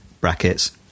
brackets